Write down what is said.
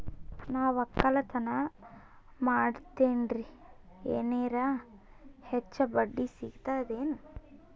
ನಾ ಒಕ್ಕಲತನ ಮಾಡತೆನ್ರಿ ಎನೆರ ಹೆಚ್ಚ ಬಡ್ಡಿ ಸಿಗತದೇನು?